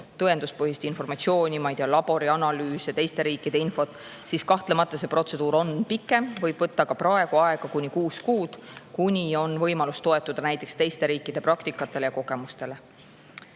tõenduspõhist informatsiooni, laborianalüüse ja teiste riikide infot, siis kahtlemata see protseduur on pikem, võib praegu võtta aega kuni kuus kuud, kuni on võimalus toetuda näiteks teiste riikide praktikale ja kogemustele.